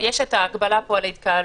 יש פה ההגבלה על התקהלות.